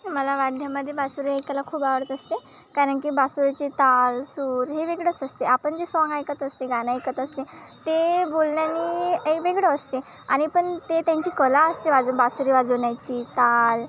मला वाद्यामध्ये बासरी ऐकायला खूप आवडत असते कारण की बासरीचे ताल सूर हे वेगळंच असते आपण जे साँग ऐकत असते गाणं ऐकत असते ते बोलण्याने एक वेगळं असते आणि पण ते त्यांची कला असते वाज बासरी वाजवण्याची ताल